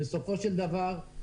בסופו של דבר,